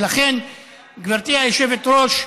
לכן גברתי היושבת-ראש,